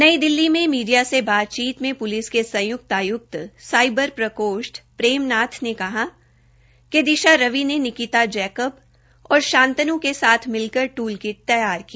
नई दिल्ली में मीडिया से बातचीत में पुलिस के संयुक्त आयुकत साईबर प्रकोष्ठ प्रेमनाथ ने कहा कि दिशा रवि ने निकिता जैकब और शान्तन् के साथ मिलकर टूल किट तैयार की